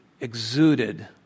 exuded